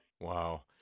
Wow